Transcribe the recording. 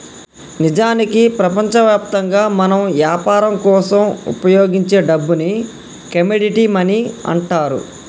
నిజానికి ప్రపంచవ్యాప్తంగా మనం యాపరం కోసం ఉపయోగించే డబ్బుని కమోడిటీ మనీ అంటారు